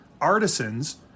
artisans